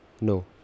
No